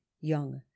young